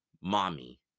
mommy